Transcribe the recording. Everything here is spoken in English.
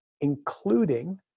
including